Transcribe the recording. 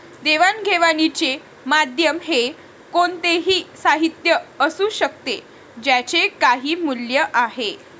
देवाणघेवाणीचे माध्यम हे कोणतेही साहित्य असू शकते ज्याचे काही मूल्य आहे